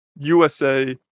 usa